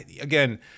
again